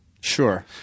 sure